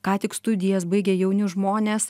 ką tik studijas baigę jauni žmonės